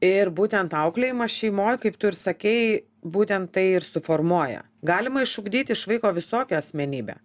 ir būtent auklėjimas šeimoj kaip tu ir sakei būtent tai ir suformuoja galima išugdyti iš vaiko visokią asmenybę